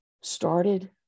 started